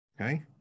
okay